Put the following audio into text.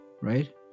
right